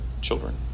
children